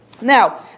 Now